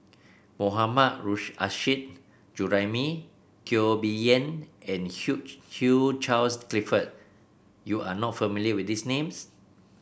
Mohammad Nurrasyid Juraimi Teo Bee Yen and Hugh Charles Clifford you are not familiar with these names